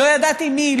לא ידעתי מי,